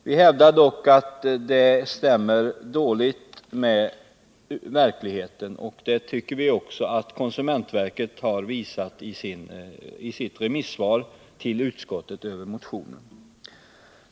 Vi hävdar dock att detta stämmer dåligt med verkligheten, och det tycker vi också att konsumentverket visat i sitt remissvar till utskottet över motionen.